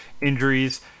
injuries